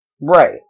right